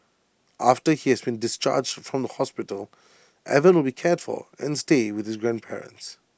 after he has been discharged from the hospital Evan will be cared for and stay with his grandparents